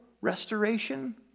restoration